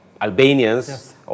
Albanians